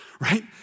right